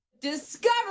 Discover